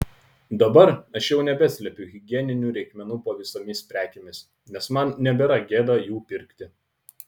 dabar aš jau nebeslepiu higieninių reikmenų po visomis prekėmis nes man nebėra gėda jų pirkti